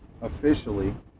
officially